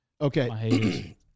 Okay